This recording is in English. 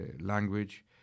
language